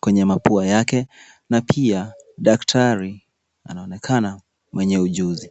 kwenye mapua yake na pia daktari anaonekana mwenye ujuzi.